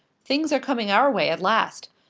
things are coming our way at last.